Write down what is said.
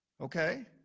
okay